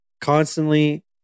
constantly